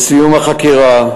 בסיום החקירה,